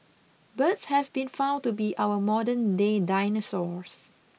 birds have been found to be our modernday dinosaurs